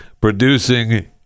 producing